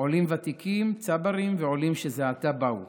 עולים ותיקים, צברים ועולים שזה עתה באו.